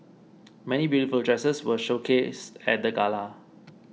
many beautiful dresses were showcased at the gala